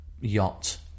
yacht